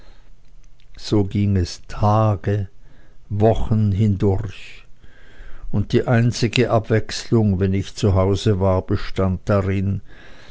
so ging es tage wochen hindurch und die einzige abwechslung wenn ich zu hause war bestand darin